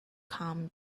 come